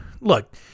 look